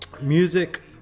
music